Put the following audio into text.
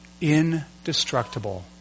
indestructible